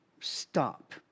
stop